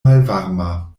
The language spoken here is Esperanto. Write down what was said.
malvarma